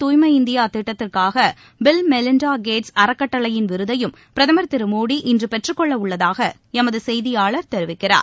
தூய்மை இந்தியா திட்டத்திற்காக Bill Melinda Gates அறக்கட்டளையின் விருதையும் பிரதமர் திரு மோடி இன்று பெற்றுக்கொள்ளவுள்ளதாக எமது செய்தியாளர் தெரிவிக்கிறார்